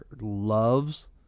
loves